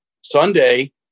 Sunday